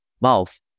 mouse